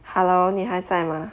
hello 你还在吗